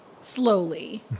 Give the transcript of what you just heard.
Slowly